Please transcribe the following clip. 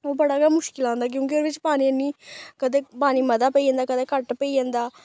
ओह् बड़ा गै मुश्कल होंदा क्योंकि ओह्दे बिच्च पानी निं कदें पानी मता पेई जंदा कदें घट्ट पेई जंदा